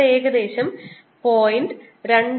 അത് ഏകദേശം 0